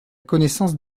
connaissance